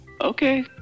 Okay